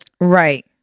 Right